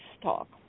talk